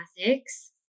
ethics